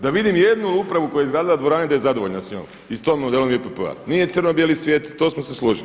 Da vidim jednu upravu koja je izgradila dvorane da je zadovoljna s njom i s tim modelom JPP-a, nije crno bijeli svijet, to smo se složili.